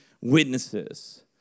witnesses